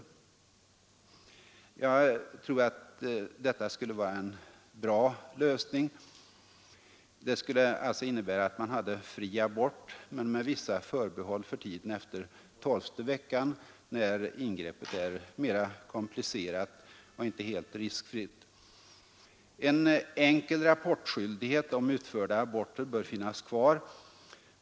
Jag tror att detta skulle vara en bra lösning. Det skulle alltså innebära att man hade fri abort men med vissa förbehåll för tiden efter 12:e veckan, när ingreppet är mera komplicerat och inte helt riskfritt. En enkel rapportskyldighet om utförda aborter bör finnas kvar.